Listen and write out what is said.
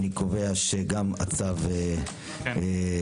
אני קובע שגם הצו אושר.